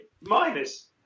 Minus